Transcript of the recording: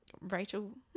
Rachel